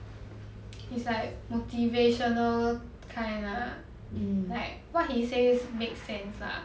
it's like motivational kind lah like what he says makes sense lah